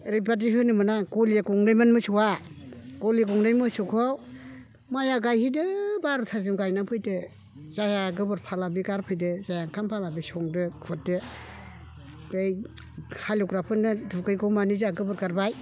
ओरैबादि होनोमोन आं गलि गंनैमोन मोसौआ गलि गंनै मोसौखौ माइआ गायहैदो बार'थासिम गायनानै फैदो जायहा गोबोर फाला बे गारफैदो जायहा ओंखाम फाला बे संदो खुरदो बै हालएवग्राफोरनो दुगैगौमानि जोंहा गोबोर गारबाय